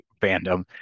fandom